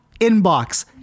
inbox